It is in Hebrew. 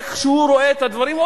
איך הוא רואה את הדברים,